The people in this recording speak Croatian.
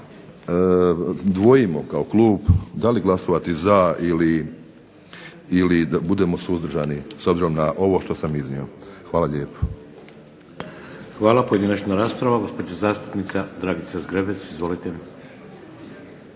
dvojimo kao klub da li glasovati za ili da budemo suzdržani s obzirom na ovo što sam iznio. Hvala lijepo. **Šeks, Vladimir (HDZ)** Hvala. Pojedinačna rasprava. Gospođa zastupnica Dragica Zgrebec, izvolite.